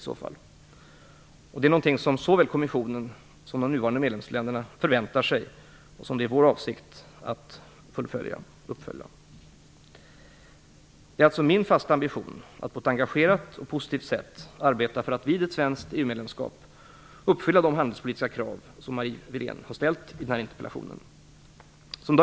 Detta är något som såväl kommissionen som de nuvarande medlemsländerna förväntar sig och som det är vår avsikt att uppfylla. Det är alltså min fasta ambition att på ett engagerat och positivt sätt arbeta för att vid ett svenskt EU-medlemskap uppfylla de handelspolitiska krav som Marie Wilén har ställt i interpellationen.